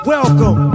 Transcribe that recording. Welcome